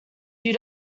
you